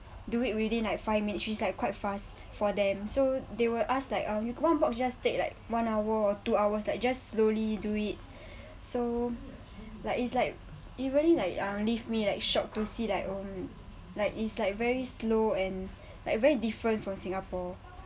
do it within like five minutes which is like quite fast for them so they will ask like um you one box just take like one hour or two hours like just slowly do it so like it's like it really like um leave me like shocked to see like um like is like very slow and like very different from singapore